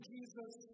Jesus